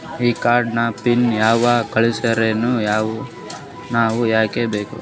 ಈ ಕಾರ್ಡ್ ನ ಪಿನ್ ನೀವ ಕಳಸ್ತಿರೇನ ನಾವಾ ಹಾಕ್ಕೊ ಬೇಕು?